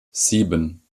sieben